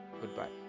goodbye